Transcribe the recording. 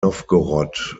nowgorod